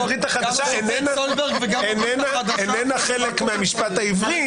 הברית החדשה איננה חלק מהמשפט העברי,